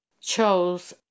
chose